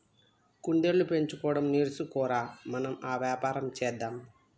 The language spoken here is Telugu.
కుందేళ్లు పెంచడం నేర్చుకో ర, మనం ఆ వ్యాపారం చేద్దాం